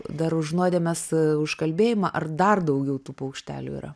dar už nuodėmės užkalbėjimą ar dar daugiau tų paukštelių yra